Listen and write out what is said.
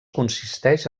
consisteix